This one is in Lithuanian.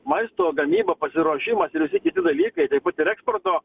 maisto gamyba pasiruošimas ir visi kiti dalykai taip put ir eksporto